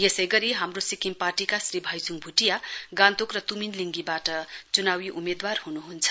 यसै गरी हाम्रो सिक्किम पार्टीका श्री भाइचुङ भुटिया गान्तोक र तुमिन लिङ्गीबाट चुनाउ उम्मेद्वार हुनुहुन्छ